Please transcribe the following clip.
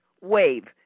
wave